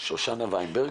שושנה ויינברג,